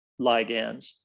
ligands